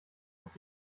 ist